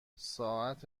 ساعت